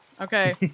Okay